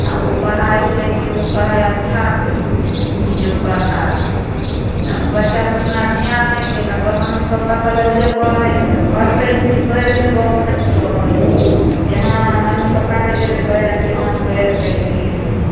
आओर ओ पढ़ाइ भेलै जे ओ पढ़ाइ अच्छा भेलै जे ओ पढ़ाइ तऽ ओ बच्चासभ ओतना धिआन नहि देलकआओर मम्मी पप्पा कहलक जो पढ़ैलए पढ़तै कि भरिदिन बौखैत रहै हइ जे हँ मम्मी पप्पाके जेबै कहैलए कि हँ हम पढ़िकऽ अएलिए हँ